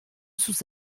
sus